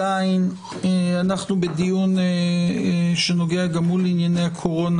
אנחנו בדיון שגם הוא נוגע לענייני הקורונה,